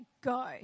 go